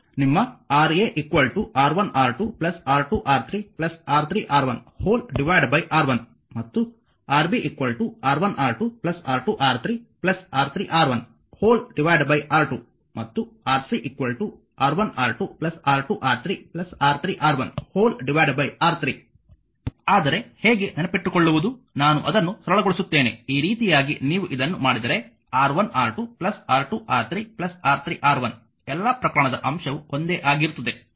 ನಿಮ್ಮ Ra R1R2R2R3R3R1R1 ಮತ್ತು Rb R1R2R2R3R3R1R2 ಮತ್ತು Rc R1R2R2R3R3R1R3 ಆದರೆ ಹೇಗೆ ನೆನಪಿಟ್ಟುಕೊಳ್ಳುವುದು ನಾನು ಅದನ್ನು ಸರಳಗೊಳಿಸುತ್ತೇನೆ ಈ ರೀತಿಯಾಗಿ ನೀವು ಇದನ್ನು ಮಾಡಿದರೆ R1R2R2R3R3R1 ಎಲ್ಲಾ ಪ್ರಕರಣದ ಅಂಶವು ಒಂದೇ ಆಗಿರುತ್ತದೆ